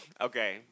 Okay